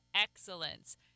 excellence